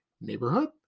neighborhood